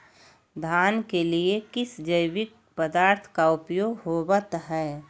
धान के लिए किस जैविक पदार्थ का उपयोग होवत है?